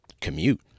commute